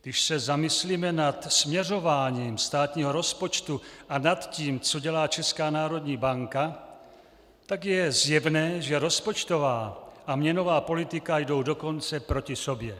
Když se zamyslíme nad směřováním státního rozpočtu a nad tím, co dělá Česká národní banka, tak je zjevné, že rozpočtová a měnová politika jdou dokonce proti sobě.